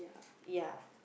ya